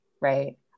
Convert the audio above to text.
right